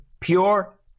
pure